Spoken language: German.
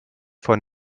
von